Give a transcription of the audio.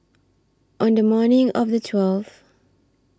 on The morning of The twelfth